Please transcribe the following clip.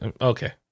Okay